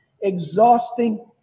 exhausting